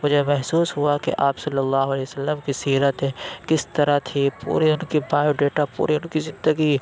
مجھے محسوس ہُوا کہ آپ صلی اللہ علیہ وسلم کی سیرت کس طرح تھی پورے اُن کے بائیو ڈیٹا پورے اُن کی زندگی